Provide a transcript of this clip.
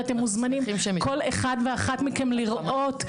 ואתם מוזמנים כל אחד ואחת מכם לראות,